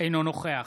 אינו נוכח